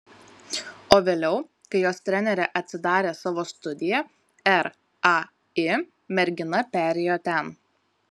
o vėliau kai jos trenerė atsidarė savo studiją rai mergina perėjo ten